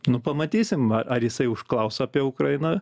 nu pamatysim ar jisai užklaus apie ukrainą